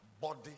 Body